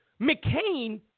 McCain